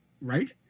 Right